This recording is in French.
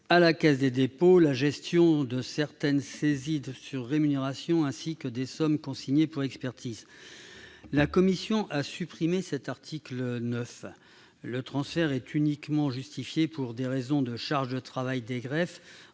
à la Caisse des dépôts la gestion de certaines saisies sur rémunération, ainsi que des sommes consignées pour expertise. La commission a souhaité supprimer cet article 9. Le transfert est uniquement justifié pour des raisons de charge de travail, les greffes